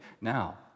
Now